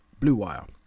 Bluewire